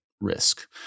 risk